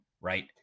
right